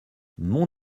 mont